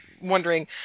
wondering